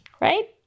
right